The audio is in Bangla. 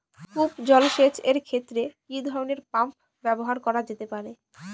কূপ জলসেচ এর ক্ষেত্রে কি ধরনের পাম্প ব্যবহার করা যেতে পারে?